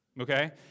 Okay